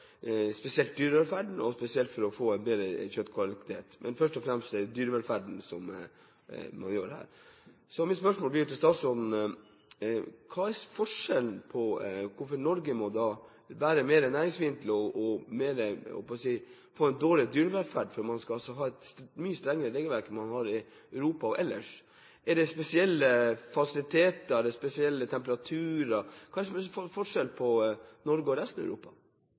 dyrevelferden og for å få en bedre kjøttkvalitet, men først og fremst på grunn av dyrevelferden. Mitt spørsmål til statsråden blir: Hvorfor må Norge være mer næringsfiendtlig og få en dårligere dyrevelferd, altså ha et mye strengere regelverk enn man har i Europa ellers? Er det spesielle fasiliteter, er det spesielle temperaturer? Hva er forskjellen på Norge og resten av Europa?